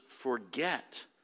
forget